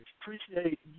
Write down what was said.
Appreciate